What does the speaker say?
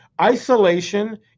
Isolation